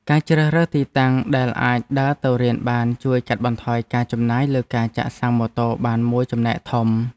ការជ្រើសរើសទីតាំងដែលអាចដើរទៅរៀនបានជួយកាត់បន្ថយការចំណាយលើការចាក់សាំងម៉ូតូបានមួយចំណែកធំ។